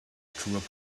through